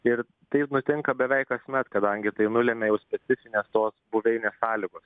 ir taip nutinka beveik kasmet kadangi tai nulemia jau specifinės tos buveinės sąlygos